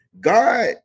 God